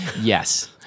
Yes